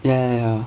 ya ya ya